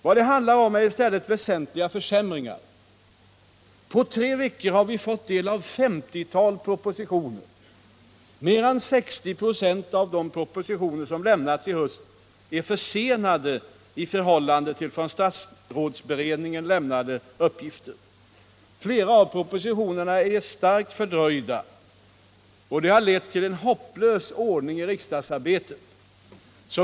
Vad det handlar om är i stället väsentliga försämringar. På tre veckor har vi fått del av ett femtiotal propositioner. Mer än 60 96 av de propositioner som har lämnats i höst är försenade i förhållande till från statsrådsberedningen lämnade uppgifter. Flera av propositionerna är starkt fördröjda. Detta har lett till en hopplös ordning i riksdagsarbetet.